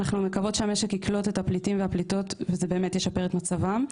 אנחנו מקוות שהמשק יקלוט את הפליטים והפליטות וזה באמת ישפר את מצבם,